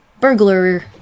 burglar